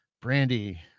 Brandy